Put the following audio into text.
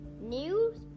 News